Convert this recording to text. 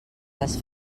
les